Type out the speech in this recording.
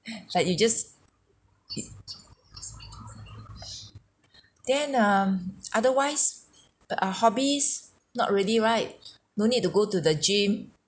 like you just y~ then um otherwise but are hobbies not really right no need to go to the gym